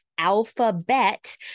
Alphabet